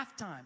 halftime